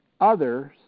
others